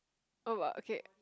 oh !wow! okay